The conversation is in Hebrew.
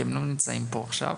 כי הם לא נמצאים פה עכשיו.